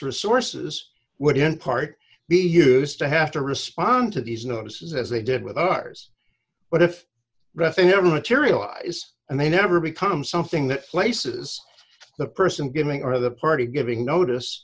resources would in part be used to have to respond to these notices as they did with ours but if reffing never materialize and they never become something that places the person giving or the party giving notice